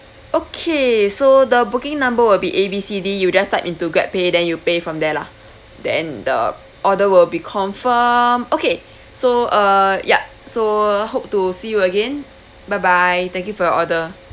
okay so the booking number will be A B C D you just type into GrabPay then you pay from there lah then the order will be confirm okay so err ya so hope to see you again bye bye thank you for your order